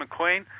McQueen